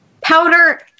Powder